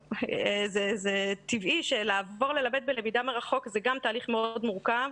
זה טבעי שלעבור ללמד בלמידה מרחוק זה גם תהליך מאוד מורכב.